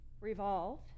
Revolve